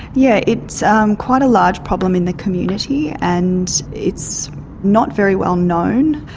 yeah it's um quite a large problem in the community and it's not very well-known.